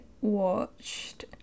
watched